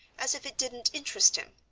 as if it didn't interest him.